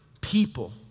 people